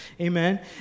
amen